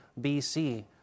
BC